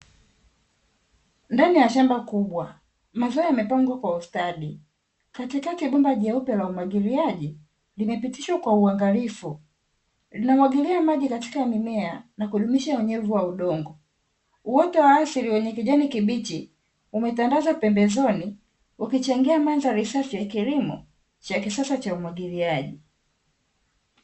Ndani ya shamba kubwa mazao yamepangwa kwa ustadi katikati ya bomba jeupe la umwagiliaji limepitishwa kwa uangalifu linamwagilia maji kwenye mimea na kudumisha unyevu wa udongo. Uoto wa asili wenye kijani kibichi umetandaza pembezoni, ukichangia mandhari safi ya kilimo cha kisasa cha umwagiliaji.